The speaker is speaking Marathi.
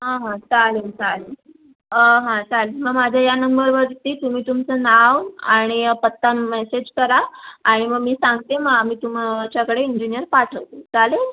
हां हां चालेल चालेल हां चालेल मग माझ्या या नंबरवरती तुम्ही तुमचं नाव आणि पत्ता मेसेज करा आणि मग मी सांगते मग आम्ही तुम च्याकडे इंजिनियर पाठवते चालेल